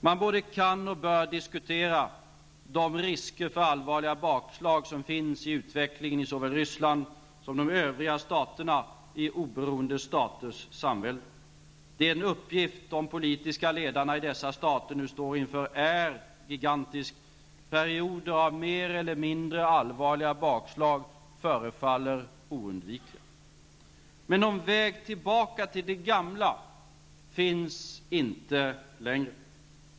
Man både kan och bör diskutera de risker för allvarliga bakslag som finns i utvecklingen i såväl Staters Samvälde. Den uppgift de politiska ledarna i dessa stater nu står inför är gigantisk. Perioder av mer eller mindre allvarliga bakslag förefaller oundvikliga. Men någon väg tillbaka till det gamla finns inte längre.